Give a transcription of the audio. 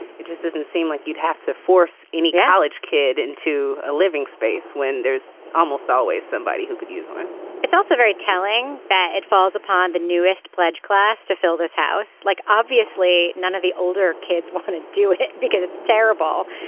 it just doesn't seem like you'd have to force any college kid into a living space when there's almost always somebody who could use one it's also very telling that it falls upon the newest pledge class to fill this house like obviously none of the older kids want to do it because it's terrible.